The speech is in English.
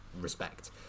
respect